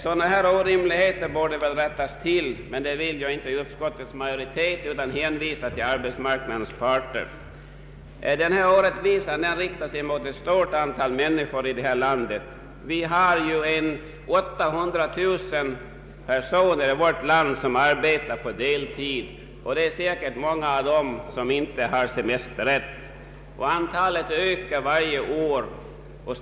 Sådana orimligheter borde väl rättas till, men det vill inte utskottsmajoriteten utan hänvisar till arbetsmarknadens parter. Denna orättvisa riktar sig mot ett stort antal människor i detta land. Vi har ju 800 000 personer i vårt land som arbetar på deltid, och det är säkert många av dem som inte har semesterrätt. Antalet ökar vidare för varje år.